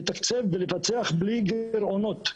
לתקצב ולבצע בלי גירעונות.